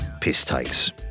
piss-takes